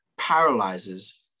paralyzes